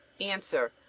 Answer